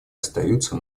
остаются